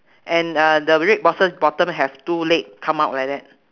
and uh the red boxes bottom have two leg come out like that